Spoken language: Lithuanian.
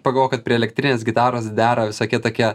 pagao kad prie elektrinės gitaros dera visokie tokie